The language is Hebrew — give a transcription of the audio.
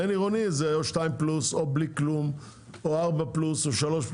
זה או 2 פלוס או בלי כלום או 3 פלוס.